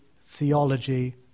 theology